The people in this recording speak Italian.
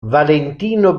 valentino